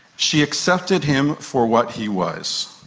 she accepted him for what he was.